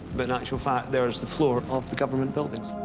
but in actual fact, there is the floor of the government buildings.